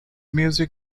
music